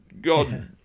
God